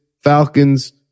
Falcons